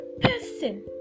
person